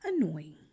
annoying